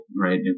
right